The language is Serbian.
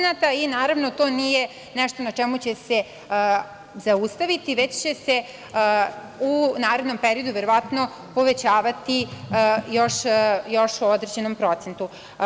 Naravno, to nije nešto na čemu će se zaustaviti, već će se u narednom periodu verovatno povećavati još u određenom procentu.